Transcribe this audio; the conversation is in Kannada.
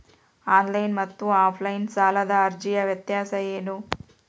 ಆನ್ಲೈನ್ ಮತ್ತು ಆಫ್ಲೈನ್ ಸಾಲದ ಅರ್ಜಿಯ ವ್ಯತ್ಯಾಸ ಏನು?